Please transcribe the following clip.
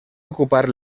ocupar